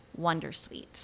Wondersuite